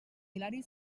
hilari